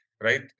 right